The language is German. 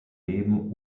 leben